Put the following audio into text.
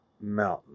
Mountain